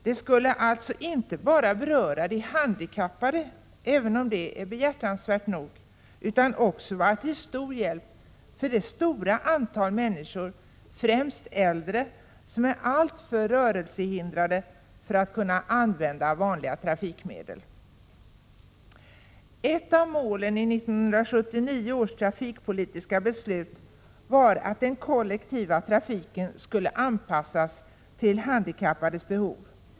Det skulle alltså inte bara beröra de handikappade —-även om det är behjärtansvärt nog — utan också vara till mycken hjälp för det stora antal människor, främst äldre, som är alltför rörelsehindrade för att kunna använda vanliga trafikmedel. Ett av målen i 1979 års trafikpolitiska beslut var att den kollektiva trafiken skulle anpassas till handikappades behov.